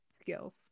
skills